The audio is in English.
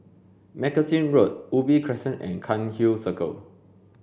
Magazine Road Ubi Crescent and Cairnhill Circle